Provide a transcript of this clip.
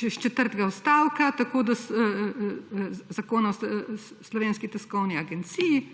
iz četrtega odstavka, tako da so…, Zakona o Slovenski tiskovni agenciji,